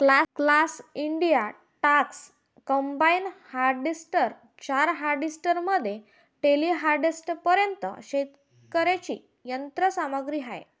class India tractors, combine harvester, चारा harvester मध्ये टेलीहँडलरपर्यंत शेतीची यंत्र सामग्री होय